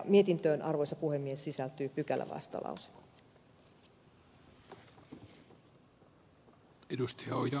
mietintöön arvoisa puhemies sisältyy pykälävastalause